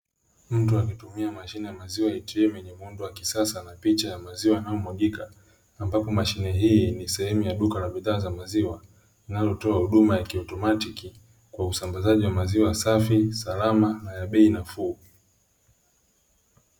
Mtu akitumia mashine ya "maziwa ATM" yenye muundo wa kisasa na picha ya maziwa yanayomwagika ambapo mashine hii ni sehemu ya duka la bidhaa za maziwa linalotoa huduma ya kiautomatiki kwa usambazaji wa maziwa safi, salama na ya bei nafuu.